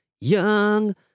Young